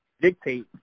dictate